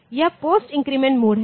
तो यह post increment mode है